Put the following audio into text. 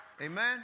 Amen